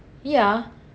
yeah